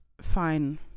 fine-